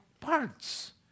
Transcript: parts